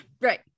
Right